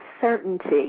certainty